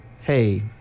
hey